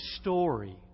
story